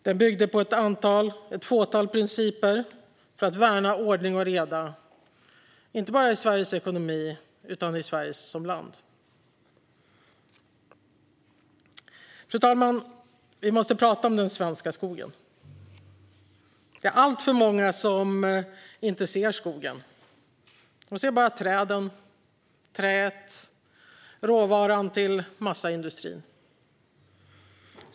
Den byggde på ett fåtal principer för att värna ordning och reda inte bara i Sveriges ekonomi utan i Sverige som land. Fru talman! Vi måste prata om den svenska skogen. Det är alltför många som inte ser skogen, utan bara träden, träet och råvaran till massaindustrin.